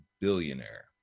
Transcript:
Billionaire